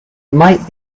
might